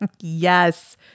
Yes